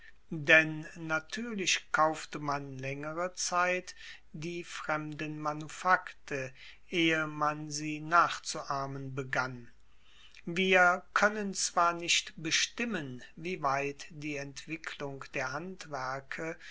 denn natuerlich kaufte man laengere zeit die fremden manufakte ehe man sie nachzuahmen begann wir koennen zwar nicht bestimmen wie weit die entwicklung der handwerke